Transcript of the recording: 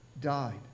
died